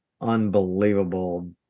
unbelievable